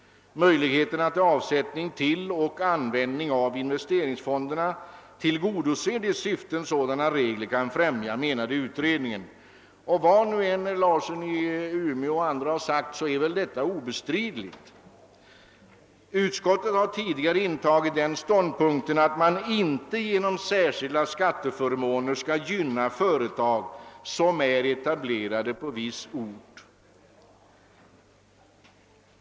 Möjligheterna till avsättning till och användning av investeringsfonderna tillgodoser de syften sådana regler kan främja, menade utredningen. Vad herr Larsson i Umeå och andra än har framhållit i denna fråga är väl dessa synpunkter obestridliga. Utskottet har tidigare intagit den ståndpunkten att man inte genom särskilda skatteförmåner bör gynna företag som är etablerade på viss ort.